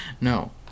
No